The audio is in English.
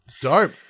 Dope